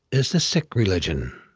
is the sikh religion,